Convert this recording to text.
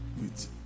wait